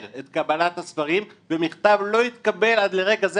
את קבלת הספרים והמכתב לא התקבל עד לרגע זה,